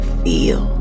feel